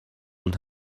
und